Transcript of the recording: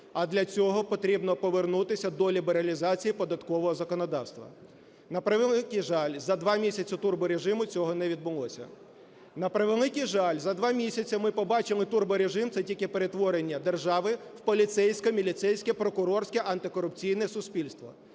а для цього потрібно повернутися до лібералізації податкового законодавства. На превеликий жаль, за два місяці турборежиму цього не відбулося. На превеликий жаль, за два місяці ми побачили турборежим, це тільки перетворення держави в поліцейське, міліцейське, прокурорське, антикорупційне суспільство.